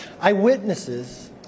eyewitnesses